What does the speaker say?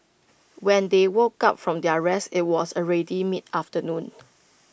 when they woke up from their rest IT was already mid afternoon